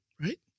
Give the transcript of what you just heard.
right